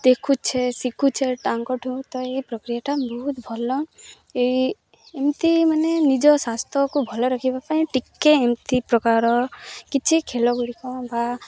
ଦେଖୁଛେ ଶିଖୁଛେ ତାଙ୍କଠୁ ତ ଏଇ ପ୍ରକ୍ରିୟାଟା ବହୁତ ଭଲ ଏଇ ଏମିତି ମାନେ ନିଜ ସ୍ୱାସ୍ଥ୍ୟକୁ ଭଲ ରଖିବା ପାଇଁ ଟିକେ ଏମିତି ପ୍ରକାର କିଛି ଖେଲଗୁଡ଼ିକ ବା